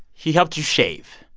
he helped you shave